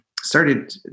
started